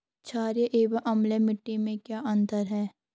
छारीय एवं अम्लीय मिट्टी में क्या अंतर है?